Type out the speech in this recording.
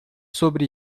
sobre